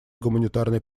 гуманитарной